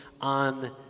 on